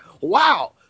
Wow